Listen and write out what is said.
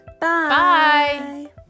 Bye